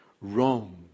Wrong